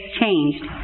changed